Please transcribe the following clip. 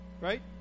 right